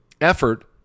effort